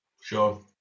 Sure